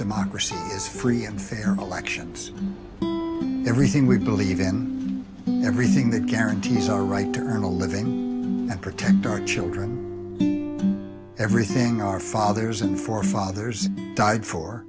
democracy is free and fair elections everything we believe in everything that guarantees our right to earn a living and protect our children everything our fathers and forefathers died for